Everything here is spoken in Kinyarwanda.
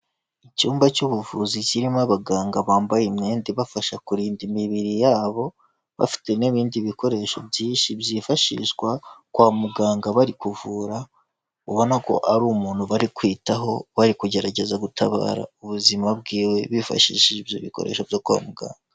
Icyumba cy'ubuvuzi kirimo abaganga bambaye imyenda ibafasha kurinda imibiri yabo, bafite n'ibindi bikoresho byinshi byifashishwa kwa muganga bari kuvura, ubona ko ari umuntu bari kwitaho, bari kugerageza gutabara ubuzima bwiwe, bifashishije ibyo bikoresho byo kwa muganga.